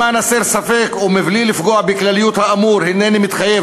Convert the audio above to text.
למען הסר ספק ובלי לפגוע בכלליות האמור הנני מתחייב,